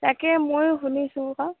তাকে মই শুনিছো আৰু